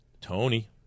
Tony